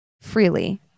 freely